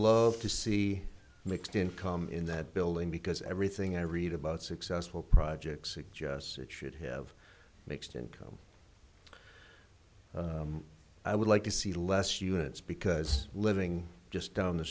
love to see mixed income in that building because everything i read about successful projects suggests it should have mixed income i would like to see less units because living just down the